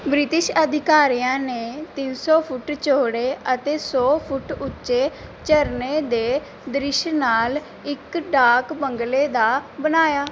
British ਅਧਿਕਾਰੀਆਂ ਨੇ ਤਿੰਨ ਸੌ ਫੁੱਟ ਚੌੜੇ ਅਤੇ ਸੌ ਫੁੱਟ ਉੱਚੇ ਝਰਨੇ ਦੇ ਦ੍ਰਿਸ਼ ਨਾਲ ਇੱਕ ਡਾਕ ਬੰਗਲੇ ਦਾ ਬਣਾਇਆ